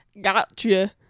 Gotcha